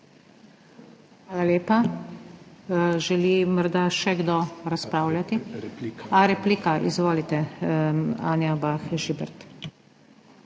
Hvala lepa. Želi morda še kdo razpravljati? Aha, replika. Izvolite, Anja Bah Žibert.